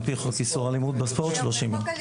על פי חוק איסור אלימות בספורט, שלושים יום.